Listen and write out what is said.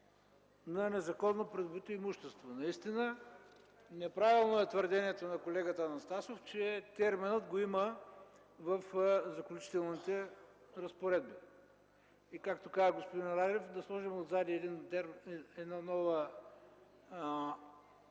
на незаконно придобито имущество”. Наистина неправилно е твърдението на колегата Анастасов, че терминът го има в Заключителните разпоредби и както казва господин Радев, да сложим отзад, в духа на